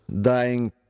dying